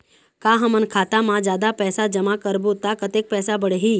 का हमन खाता मा जादा पैसा जमा करबो ता कतेक पैसा बढ़ही?